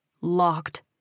locked